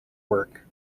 work